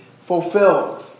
fulfilled